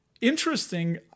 Interesting